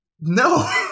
No